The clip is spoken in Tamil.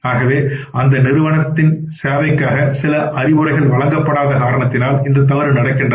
ஆகவே அந்த நிறுவனத்தில் சேவைக்கான சில அறிவுரைகள் வழங்கப்படாத காரணத்தினால் இந்த தவறு நடக்கின்றது